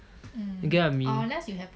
you get what I mean